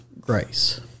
grace